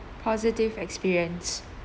positive experience